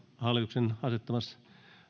hallituksen asettamassa